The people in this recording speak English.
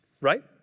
right